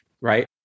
right